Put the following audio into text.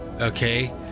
okay